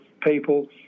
people